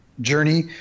journey